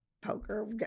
poker